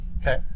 Okay